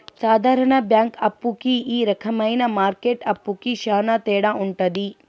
సాధారణ బ్యాంక్ అప్పు కి ఈ రకమైన మార్కెట్ అప్పుకి శ్యాన తేడా ఉంటది